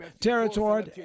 territory